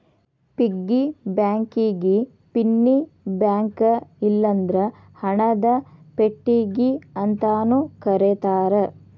piggy ಬ್ಯಾಂಕಿಗಿ ಪಿನ್ನಿ bank ಇಲ್ಲಂದ್ರ ಹಣದ ಪೆಟ್ಟಿಗಿ ಅಂತಾನೂ ಕರೇತಾರ